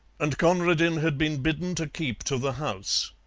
and conradin had been bidden to keep to the house.